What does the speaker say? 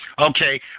Okay